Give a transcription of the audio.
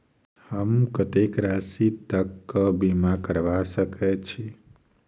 हम कत्तेक राशि तकक बीमा करबा सकै छी?